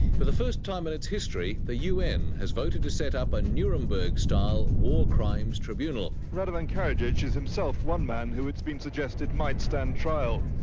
for the first time in its history the un has voted to set up a nuremberg-style war crimes tribunal. radovan karadzic is himself one who it's been suggested might stand trial.